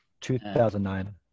2009